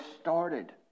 started